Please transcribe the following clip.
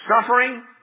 Suffering